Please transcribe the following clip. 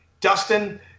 Dustin